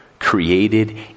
Created